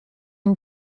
این